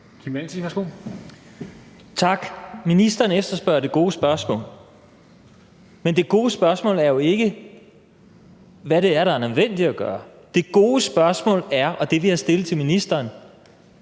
Kim Valentin (V): Tak. Ministeren efterspørger det gode spørgsmål, men det gode spørgsmål er jo ikke, hvad det er, der er nødvendigt at gøre. Det gode spørgsmål, og det, vi har stillet til ministeren,